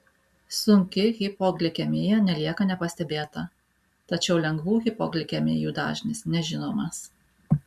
sunki hipoglikemija nelieka nepastebėta tačiau lengvų hipoglikemijų dažnis nežinomas